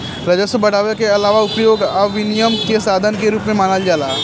राजस्व बढ़ावे के आलावा उपभोग आ विनियम के साधन के रूप में मानल जाला